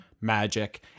magic